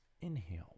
Inhale